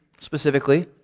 specifically